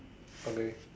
okay